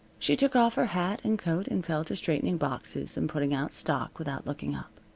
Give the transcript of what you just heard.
she took off her hat and coat and fell to straightening boxes and putting out stock without looking up.